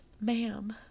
ma'am